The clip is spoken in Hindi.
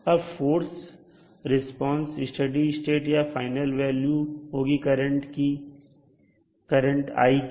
अब फोर्स रिस्पांस स्टडी स्टेट या फाइनल वैल्यू होगी करंट i की